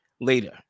later